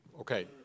okay